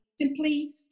simply